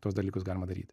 tuos dalykus galima daryt